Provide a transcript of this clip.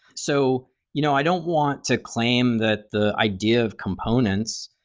so you know i don't want to claim that the idea of components,